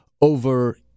over